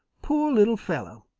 poor little fellow.